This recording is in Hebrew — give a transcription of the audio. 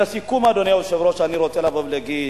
לסיכום, אדוני היושב-ראש, אני רוצה לבוא ולהגיד: